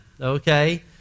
okay